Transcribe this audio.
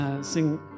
sing